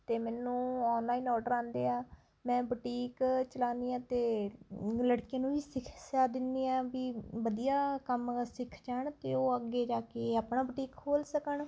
ਅਤੇ ਮੈਨੂੰ online order ਆਉਂਦੇ ਆ ਮੈਂ ਬੁਟੀਕ ਚਲਾਨੀ ਹਾਂ ਅਤੇ ਲੜਕੀਆਂ ਨੂੰ ਵੀ ਸਿਕਸ਼ਾ ਦਿੰਦੀ ਹਾਂ ਵੀ ਵਧੀਆ ਕੰਮ ਸਿੱਖ ਜਾਣ ਅਤੇ ਉਹ ਅੱਗੇ ਜਾ ਕੇ ਆਪਣਾ ਬੁਟੀਕ ਖੋਲ੍ਹ ਸਕਣ